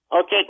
Okay